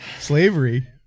slavery